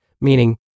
meaning